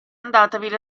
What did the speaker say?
andatevene